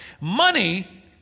Money